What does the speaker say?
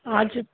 हजुर